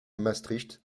maastricht